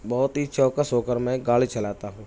بہت ہی چوکس ہو کر میں گاڑی چلاتا ہوں